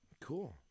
Cool